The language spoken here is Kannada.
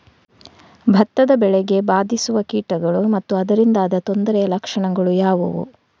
ಭತ್ತದ ಬೆಳೆಗೆ ಬಾರಿಸುವ ಕೀಟಗಳು ಮತ್ತು ಅದರಿಂದಾದ ತೊಂದರೆಯ ಲಕ್ಷಣಗಳು ಯಾವುವು?